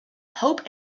pope